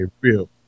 real